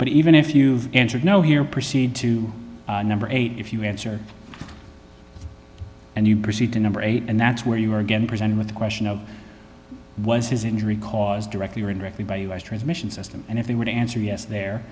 but even if you answered no here proceed to number eight if you answer and you proceed to number eight and that's where you are again presented with the question of was his injury caused directly or indirectly by us transmission system and if he would answer yes there